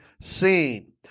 seen